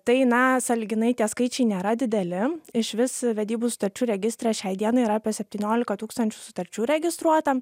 tai na sąlyginai tie skaičiai nėra dideli išvis vedybų sutarčių registre šiai dienai yra apie septyniolika tūkstančių sutarčių registruota